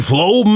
Flow